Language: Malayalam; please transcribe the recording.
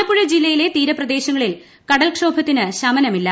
ആലപ്പുഴ ജില്ലയിലെ തീരപ്രദേശങ്ങളിൽ കടൽക്ഷോഭത്തിന് ശമനമില്ല